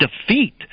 defeat